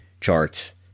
charts